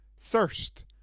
thirst